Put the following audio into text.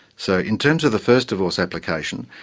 so in terms of the first divorce application,